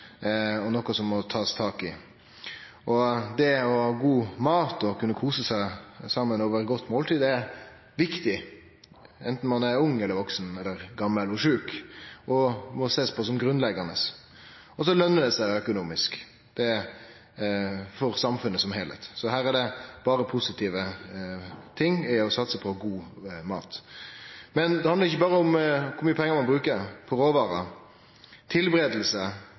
og noko ein må ta tak i. God mat og å kunne kose seg saman over eit godt måltid er viktig enten ein er ung, vaksen eller gamal og sjuk og må sjåast på som grunnleggjande. Det løner seg også økonomisk for samfunnet i det heile, så det er berre positivt å satse på god mat. Men det handlar ikkje berre om kor mykje pengar ein bruker på råvarer.